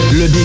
le